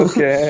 Okay